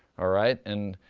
alright, and,